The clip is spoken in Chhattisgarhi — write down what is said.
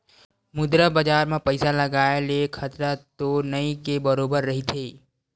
मुद्रा बजार म पइसा लगाय ले खतरा तो नइ के बरोबर रहिथे